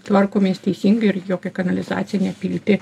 tvarkomės teisingai ir į jokią kanalizaciją nepilti